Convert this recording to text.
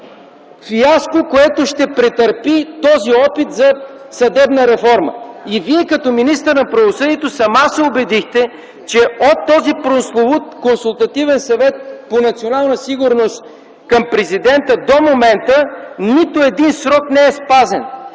фиаско, което ще претърпи този опит за съдебна реформа. И Вие като министър на правосъдието сама се убедихте, че от този прословут Консултативен съвет по национална сигурност към Президента, до момента нито един срок за промяна